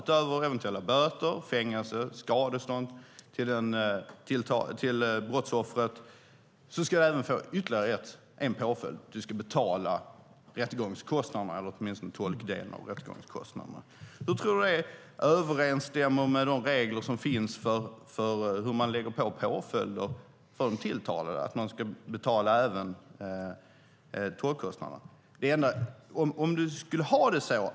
Utöver eventuella böter, fängelse och skadestånd till brottsoffret ska man få ytterligare en påföljd. Man ska betala tolkdelen av rättegångskostnaderna. Hur tror du att det överensstämmer med de regler som finns för påföljder för de tilltalade att de även ska betala tolkkostnaderna, Richard Jomshof?